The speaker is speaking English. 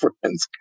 friends